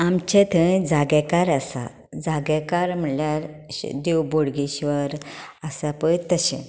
आमचे थंय जागेकार आसा जागेकार म्हणल्यार अशे देव बोडगेश्वर आसा पळय तशे